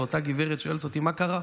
ואותה גברת שואלת אותי: מה קרה?